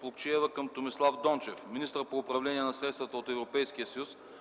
Плугчиева към Томислав Дончев – министър по управление на средствата от Европейския съюз,